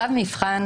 צו מבחן,